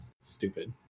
stupid